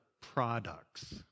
products